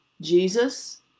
Jesus